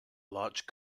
large